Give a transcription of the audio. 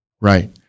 right